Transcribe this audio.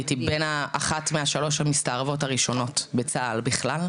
הייתי אחת משלוש ההסתערבות הראשונות בצה"ל בכלל.